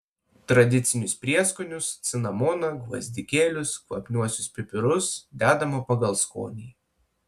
tradicinius prieskonius cinamoną gvazdikėlius kvapniuosius pipirus dedama pagal skonį